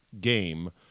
game